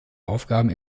aufgaben